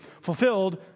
fulfilled